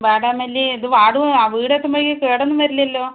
വാടാമല്ലി ഇത് വാടുവോ വീട് എത്തുമ്പഴേക്കും കേട് ഒന്നും വരില്ലല്ലോ